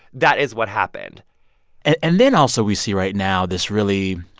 that is what happened and then also we see right now this really